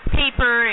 paper